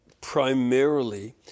primarily